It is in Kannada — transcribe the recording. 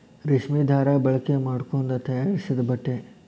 ರೇಶ್ಮಿ ದಾರಾ ಬಳಕೆ ಮಾಡಕೊಂಡ ತಯಾರಿಸಿದ ಬಟ್ಟೆ